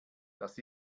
das